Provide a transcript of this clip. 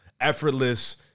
effortless